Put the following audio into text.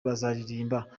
bazaririmba